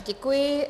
Děkuji.